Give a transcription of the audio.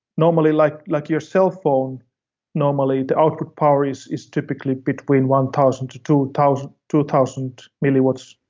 normally, like like your cellphone normally, the outward power is is typically between one thousand to two thousand two thousand milli watts.